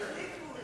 אתם תחליפו,